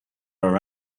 our